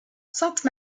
sainte